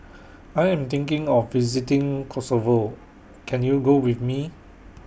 I Am thinking of visiting Kosovo Can YOU Go with Me